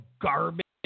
garbage